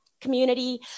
community